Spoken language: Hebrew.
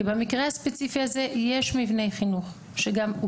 כי במקרה הספציפי הזה יש מבנה חינוך שגם הוא